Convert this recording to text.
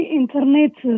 internet